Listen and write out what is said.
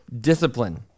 discipline